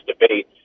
debate